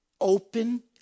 Open